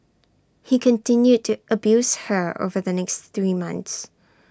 he continued to abuse her over the next three months